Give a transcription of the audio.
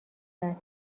بعد